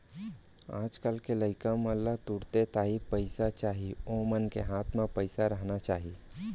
आज कल के लइका मन ला तुरते ताही पइसा चाही ओमन के हाथ म पइसा रहना चाही